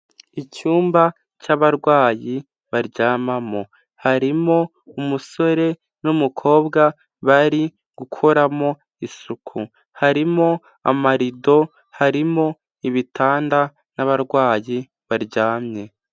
Icyumba cy'barwayi baryamamo, harimo umusore n'umukobwa bari gukoramo isuku, harimo amarido, harimo ibitanda n'abarwayi baryamye.